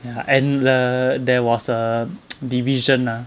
ya and the err there was a division ah